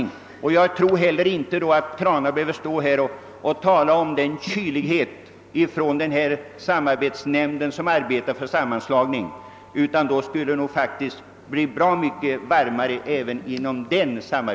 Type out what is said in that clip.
Om så sker, tror jag inte herr Trana behöver stå här och tala om att den samarbetsnämnd som arbetar för en sammanslagning intar en kylig hållning, utan det kommer säkert att bli bra mycket varmare även där.